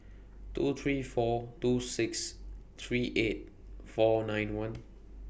two three four two six three eight four nine one